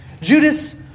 judas